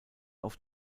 auf